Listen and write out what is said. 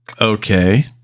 okay